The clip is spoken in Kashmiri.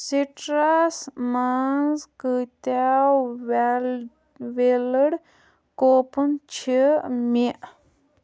سِٹرس مَنٛز کۭتیاہ ویلڑ کوپُن چھِ مےٚ